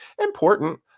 Important